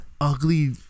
ugly